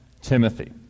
Timothy